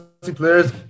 players